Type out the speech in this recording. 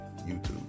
YouTube